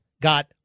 got